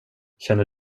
känner